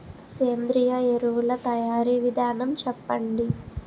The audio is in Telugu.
సేంద్రీయ ఎరువుల తయారీ విధానం చెప్పండి?